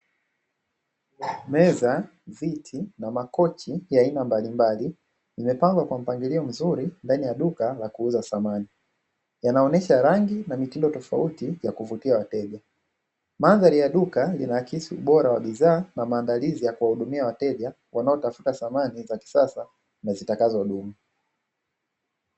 Meza, viti na makochi ya aina mbalimbali vimepangwa kwa mpangilio mzuri ndani ya duka la kuuza samani, yanaonyesha rangi na mitindo tofauti ya kuvutia wateja. Mandhari ya duka inahakisi ubora wa bidhaa na maandalizi ya kuwahudumia wateja wanaotafuta samani za kisasa na zitakazodumu.